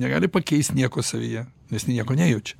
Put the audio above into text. negali pakeist nieko savyje nes jinai nieko nejaučiau